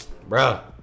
Bro